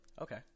Okay